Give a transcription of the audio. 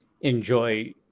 enjoy